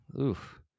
Oof